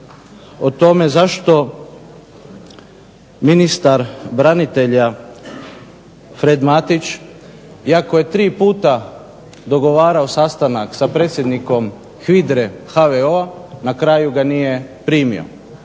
o tome zašto ministar branitelja Fred Matić iako je tri puta dogovarao sastanak sa predsjednikom HVIDRA-e HVO-a na kraju ga nije primio.